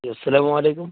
جی السلام علیکم